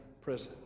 prison